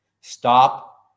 stop